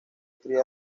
cría